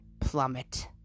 plummet